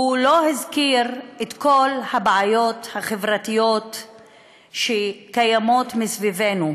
הוא לא הזכיר את כל הבעיות החברתיות שקיימות מסביבנו.